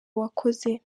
wakoze